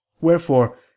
Wherefore